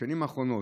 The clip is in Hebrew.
בשנים האחרונות,